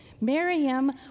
Miriam